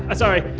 ah sorry.